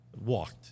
Walked